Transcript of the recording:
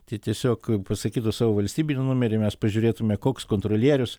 tai tiesiog pasakytų savo valstybinį numerį mes pažiūrėtume koks kontrolierius